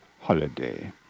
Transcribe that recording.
holiday